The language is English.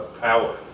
power